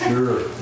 Sure